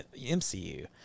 MCU